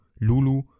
Lulu